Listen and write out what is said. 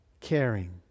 caring